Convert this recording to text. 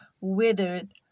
withered